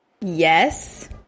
yes